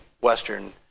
Western